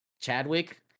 Chadwick